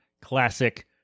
classic